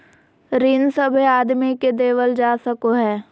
ऋण सभे आदमी के देवल जा सको हय